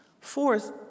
Fourth